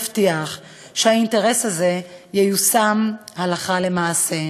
אבטיח שהאינטרס הזה ייושם הלכה למעשה.